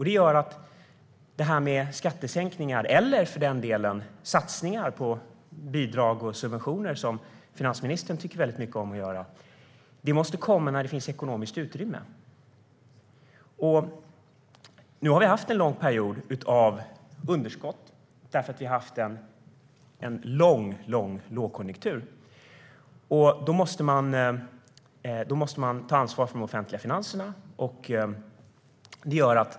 Det gör att det här med skattesänkningar eller, för den delen, satsningar på bidrag och subventioner som finansministern tycker väldigt mycket om att göra måste komma när det finns ekonomiskt utrymme. Nu har vi haft en lång period av underskott, för vi har haft en lång lågkonjunktur. Då måste man ta ansvar för de offentliga finanserna.